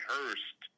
Hurst